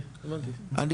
תסבירי את כוונתך.